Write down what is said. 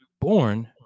born